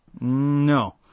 No